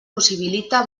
possibilita